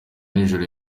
nijoro